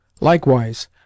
Likewise